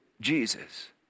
Jesus